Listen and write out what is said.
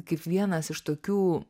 kaip vienas iš tokių